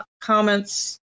comments